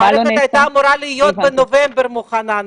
המערכת הייתה אמורה להיות בנובמבר מוכנה.